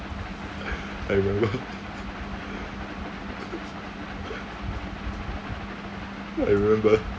I remember I remember